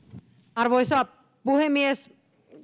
arvoisa puhemies